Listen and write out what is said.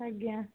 ଆଜ୍ଞା